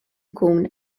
ikun